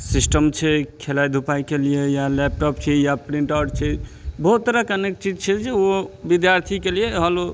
system छै खेलाइ धुपाइके लिए या लैपटॉप छै या प्रिंट आउट छै बहुत तरहके अनेक चीज छै जे ओ बिद्यार्थीके लियए हॉलो